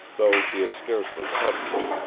though she had scarcely touched it,